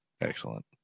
Excellent